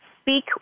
speak